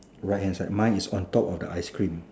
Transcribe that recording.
right hand side mine is on top of the ice cream